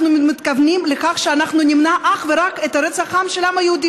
אנחנו מתכוונים לכך שאנחנו נמנע אך ורק את רצח העם של העם היהודי,